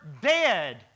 dead